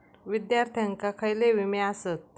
विद्यार्थ्यांका खयले विमे आसत?